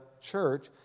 church